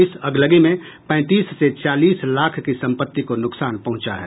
इस अगलगी में पैंतीस से चालीस लाख की सम्पत्ति को नुकसान पहुंचा है